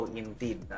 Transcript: indeed